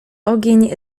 ogień